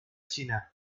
china